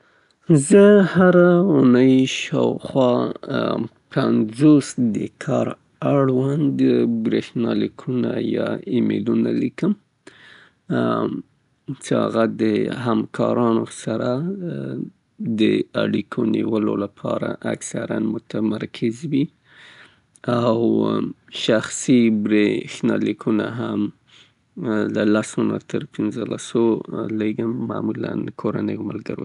زه په اونۍ کې شل د کار پورې اړوند بریښنالیکونو او یا هم ایمېلونو ته جواب ورکوم او شاخوا پنځه شخصي بریښنالیکونه یا ایمېلونه لیګم. دا له ماسره مرسته کیی څې په مسلکي او شخصي توګه باندې له نورو سره وصل پاتې سم.